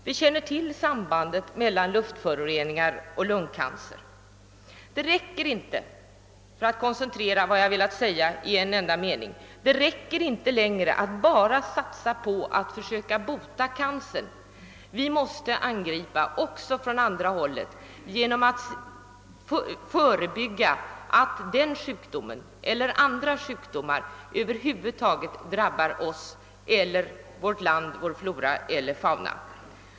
Vi känner till sambandet mellan luftföroreningar och lungcancer. Det räcker inte längre — för att här koncentrera vad jag velat säga i en enda mening — att bara satsa på försök att bota cancern. Vi måste angripa sjukdomen också från andra hållet genom att förebygga att den eller andra sjukdomar drabbar oss, vårt land, vår flora eller vår fauna.